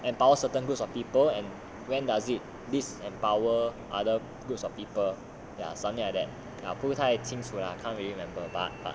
empower certain groups of people and when does it this empower other groups of people ya something like that 不会太清楚 lah can't really remember